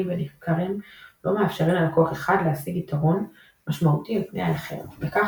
ונמכרים לא מאפשרים ללקוח אחד להשיג יתרון משמעותי על פני האחר וכך